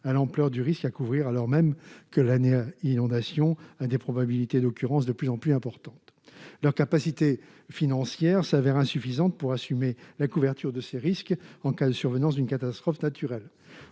à l'ampleur du risque à couvrir, alors même que l'année inondations un des probabilités d'occurrence de plus en plus importante leur capacité financière s'avère insuffisante pour assumer la couverture de ces risques en cas de survenance d'une catastrophe naturelle,